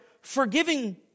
forgiving